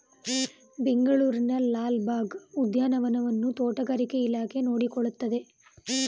ಬೆಂಗಳೂರಿನ ಲಾಲ್ ಬಾಗ್ ಉದ್ಯಾನವನವನ್ನು ತೋಟಗಾರಿಕೆ ಇಲಾಖೆ ನೋಡಿಕೊಳ್ಳುತ್ತದೆ